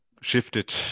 shifted